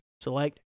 Select